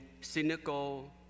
cynical